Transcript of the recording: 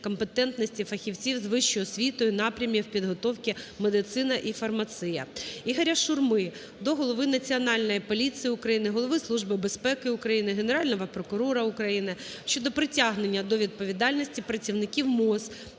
компетентності фахівців з вищою освітою напрямів підготовки "Медицина" і "Фармація". ІгоряШурми до Голови Національної поліції України, Голови Служби безпеки України, Генерального прокурора України щодо притягнення до відповідальності працівників МОЗ,